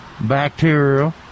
bacterial